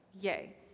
Yay